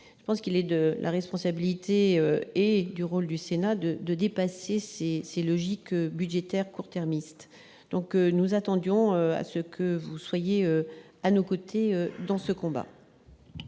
terme. Il est de la responsabilité et du rôle du Sénat de dépasser ces logiques budgétaires court-termistes. Nous nous attendions à ce que vous soyez à nos côtés dans ce combat.